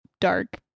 dark